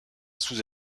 sous